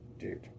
Dude